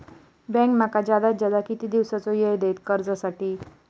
Bank माका जादात जादा किती दिवसाचो येळ देयीत कर्जासाठी?